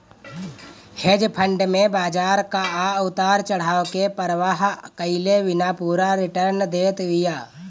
hedge fund में बाजार कअ उतार चढ़ाव के परवाह कईले बिना पूरा रिटर्न देत बिया